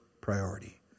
priority